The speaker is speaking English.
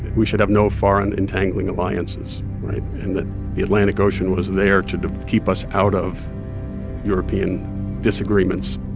we should have no foreign entangling alliances right? and that the atlantic ocean was there to keep us out of european disagreements.